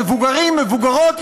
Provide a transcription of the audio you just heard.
מבוגרים ומבוגרות,